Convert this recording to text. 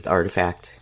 Artifact